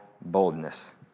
boldness